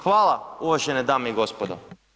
Hvala uvažene dame i gospodo.